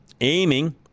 aiming